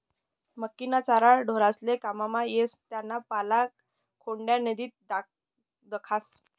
मक्कीना चारा ढोरेस्ले काममा येस त्याना पाला खोंड्यानीगत दखास